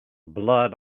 blood